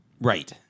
Right